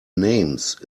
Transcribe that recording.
names